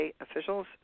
officials